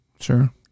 Sure